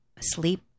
sleep